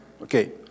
Okay